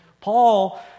Paul